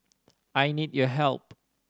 I need your help